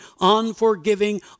unforgiving